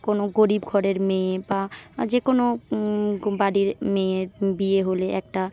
কোনও গরিব ঘরের মেয়ে বা যেকোনও বাড়ির মেয়ের বিয়ে হলে একটা